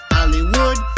Hollywood